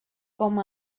com